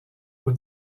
aux